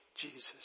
Jesus